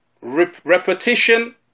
Repetition